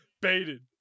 Baited